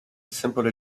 simple